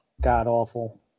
god-awful